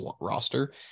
roster